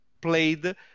played